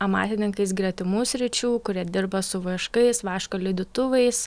amantininkais gretimų sričių kurie dirba su vaškais vaško lydytuvais